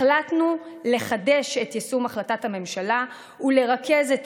החלטנו לחדש את יישום החלטת הממשלה ולרכז את